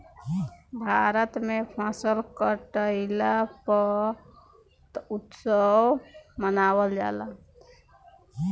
भारत में फसल कटईला पअ उत्सव मनावल जाला